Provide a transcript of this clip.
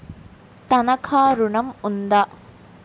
తనఖా ఋణం ఉందా?